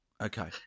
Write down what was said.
Okay